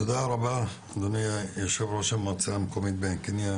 תודה רבה אדוני ראש המועצה המקומית בעין קנייא,